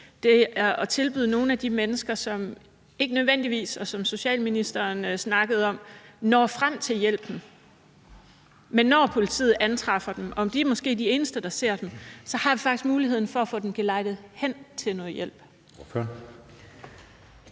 det er at tilbyde hjælp til nogle af de mennesker, som ikke nødvendigvis – og det var det, socialministeren snakkede om – når frem til hjælpen. Men når politiet antræffer dem og måske er de eneste, der ser dem, så har de faktisk muligheden for at få dem gelejdet hen til noget hjælp.